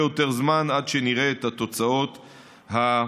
יותר זמן עד שנראה את התוצאות המיוחלות.